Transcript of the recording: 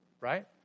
right